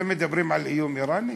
אתם מדברים על איום איראני?